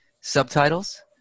subtitles